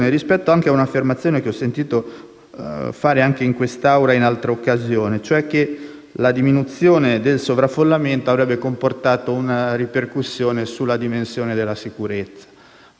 fare anche in quest'Aula in altre occasioni, cioè che la diminuzione del sovraffollamento avrebbe comportato una ripercussione sulla dimensione della sicurezza. Vorrei ricordare come, a fronte